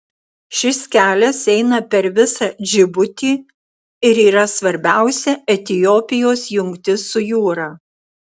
šis kelias eina per visą džibutį ir yra svarbiausia etiopijos jungtis su jūra